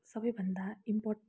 सबैभन्दा इम्पोर्टेन्ट